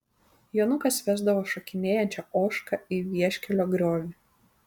jonukas vesdavo šokinėjančią ožką į vieškelio griovį